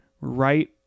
right